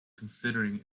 considering